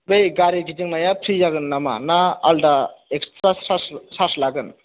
बै गारि गिदिंनाया फ्रि जागोन नामा ना आलदा एक्सथ्रा चार्ज लागोन